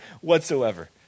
whatsoever